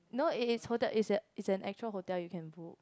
no it is hotel it's it's an actual hotel you can go